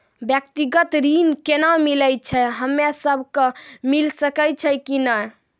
व्यक्तिगत ऋण केना मिलै छै, हम्मे सब कऽ मिल सकै छै कि नै?